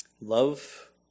Love